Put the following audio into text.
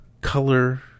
color